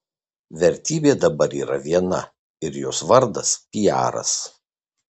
vertybė dabar yra viena ir jos vardas piaras